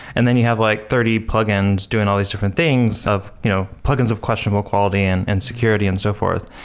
and then you have like thirty plug-ins doing all these different things of you know plugins of questionable quality and and security and so forth.